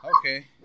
Okay